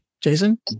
Jason